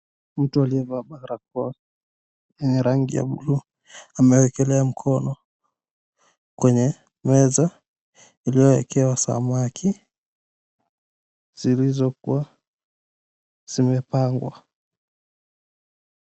Mtu aliyevaa barakoa ya rangi ya blue amewekelea mkono kwenye meza iliyowekewa samaki zilizokuwa zimepangwa.